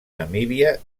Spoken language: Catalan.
namíbia